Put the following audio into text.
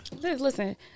Listen